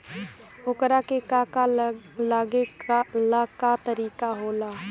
ओकरा के का का लागे ला का तरीका होला?